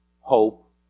Hope